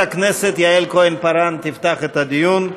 חברת הכנסת יעל כהן-פארן תפתח את הדיון,